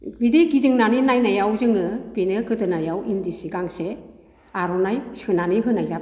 बिदि गिदिंनानै नायनायाव जोङो बिनो गोदोनायाव इन्दि सि गांसे आर'नाइ सोनानानै होनाय जाबाय